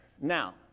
Now